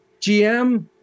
GM